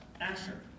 Asher